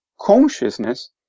consciousness